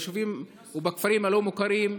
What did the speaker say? ביישובים ובכפרים הלא-מוכרים,